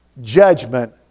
judgment